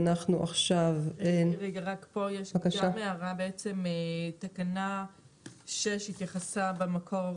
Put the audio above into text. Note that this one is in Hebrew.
פה יש הערה שלנו: תקנה 6 התייחסה במקור